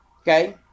Okay